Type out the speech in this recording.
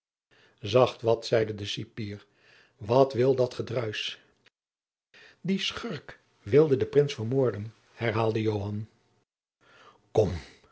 zacht wat zeide de cipier wat wil dat gedruisch die schurk wilde den prins vermoorden herhaalde